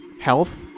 health